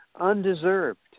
undeserved